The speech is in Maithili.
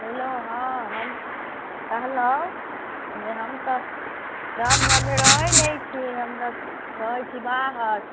हैल्लो हँ हम कहलहुँ जे हम तऽ गाम घरमे रहैत नहि छी हम तऽ रहैत छी बाहर